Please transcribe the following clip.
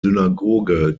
synagoge